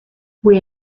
qui